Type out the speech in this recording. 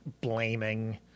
blaming